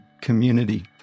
community